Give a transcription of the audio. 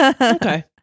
Okay